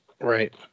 Right